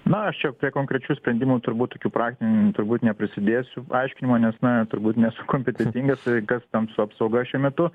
na aš čia prie konkrečių sprendimų turbūt tokių praktinių turbūt neprisdėsiu paaiškinimo nes na turbūt nesu kompetentingas tai kas ten su apsauga šiuo metu